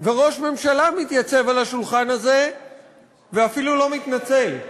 וראש ממשלה מתייצב על הדוכן הזה ואפילו לא מתנצל.